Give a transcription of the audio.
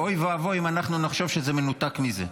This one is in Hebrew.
אוי ואבוי אם אנחנו נחשוב שזה מנותק מזה.